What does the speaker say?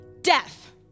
death